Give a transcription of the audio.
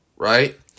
right